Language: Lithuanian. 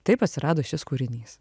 taip atsirado šis kūrinys